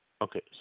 Okay